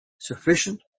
sufficient